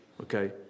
Okay